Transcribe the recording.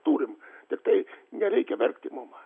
turim tiktai nereikia verkti mum